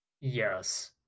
Yes